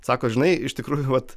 sako žinai iš tikrųjų vat